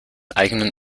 eigenen